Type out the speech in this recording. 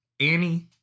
Annie